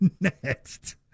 next